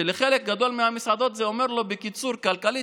שלחלק גדול מהמסעדות זה אומר בקיצור: כלכלית,